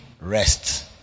rest